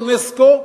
אונסק"ו?